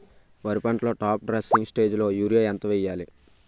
వరి పంటలో top dressing స్టేజిలో యూరియా ఎంత వెయ్యాలి?